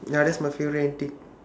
ya that's my favourite antic